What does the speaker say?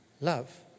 love